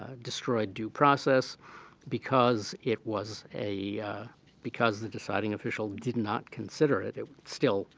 um destroyed due process because it was a because the deciding official did not consider it, it still,